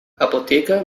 apotheker